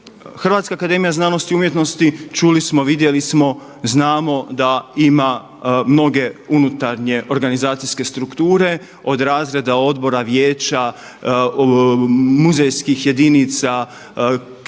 što se naziva ljudskim. HAZU čuli smo, vidjeli smo, znamo da ima mnoge unutarnje organizacijske strukture od razreda, odbora, vijeća, muzejskih jedinica, knjižnice,